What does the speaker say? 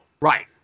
right